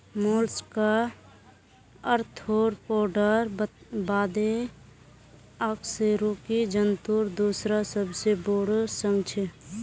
Mollusca आर्थ्रोपोडार बादे अकशेरुकी जंतुर दूसरा सबसे बोरो संघ छे